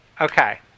Okay